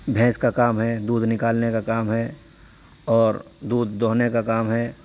بھینس کا کام ہے دودھ نکالنے کا کام ہے اور دودھ دوہنے کا کام ہے